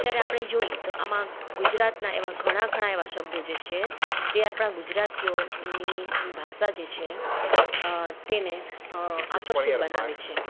અત્યારે આપણે જોઈએ તો આમાં ગુજરાતના એવા ઘણા ખરા એવા શબ્દો જે છે તે આપણા ગુજરાતીઓની ભાષા જે છે તેને આકર્ષિત બનાવે છે